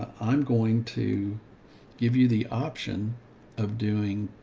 ah i'm going to give you the option of doing,